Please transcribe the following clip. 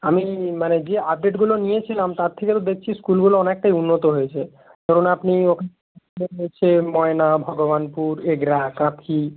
আমি মানে যে আপডেটগুলো নিয়েছিলাম তার থেকে তো দেখছি স্কুলগুলো অনেকটাই উন্নত হয়েছে ধরুন আপনি হয়েছে ময়না ভগবানপুর এগরা কাঁথি